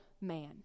man